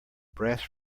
brass